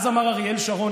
אז אריאל שרון,